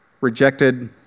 rejected